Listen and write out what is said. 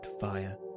fire